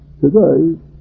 today